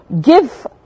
give